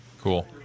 Cool